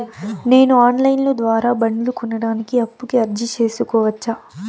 నేను online ద్వారా బండ్లు కొనడానికి అప్పుకి అర్జీ సేసుకోవచ్చా?